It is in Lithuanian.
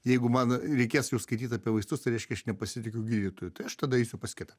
jeigu man reikės juos skaityt apie vaistus tai reiškia aš nepasitikiu gydytoju tai aš tada eisiu pas kitą